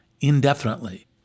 indefinitely